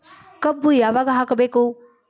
ಕಬ್ಬು ಯಾವಾಗ ಹಾಕಬೇಕು?